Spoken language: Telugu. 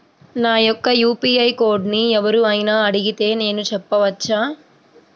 నా యొక్క యూ.పీ.ఐ కోడ్ని ఎవరు అయినా అడిగితే నేను చెప్పవచ్చా?